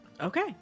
Okay